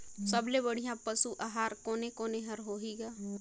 सबले बढ़िया पशु आहार कोने कोने हर होही ग?